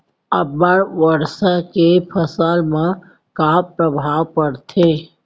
अब्बड़ वर्षा के फसल पर का प्रभाव परथे?